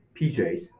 PJs